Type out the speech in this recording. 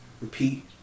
repeat